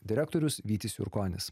direktorius vytis jurkonis